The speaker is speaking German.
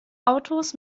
autos